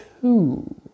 two